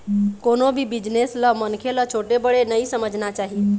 कोनो भी बिजनेस ल मनखे ल छोटे बड़े नइ समझना चाही